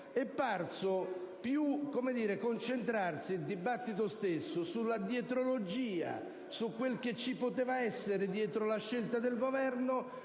è parso più concentrarsi sulla dietrologia, su quello che ci poteva essere dietro la scelta del Governo,